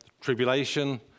Tribulation